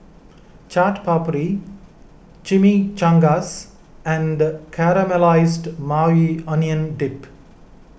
Chaat Papri Chimichangas and Caramelized Maui Onion Dip